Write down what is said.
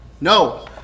No